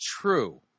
true